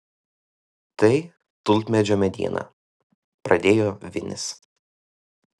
tai tulpmedžio mediena pradėjo vinis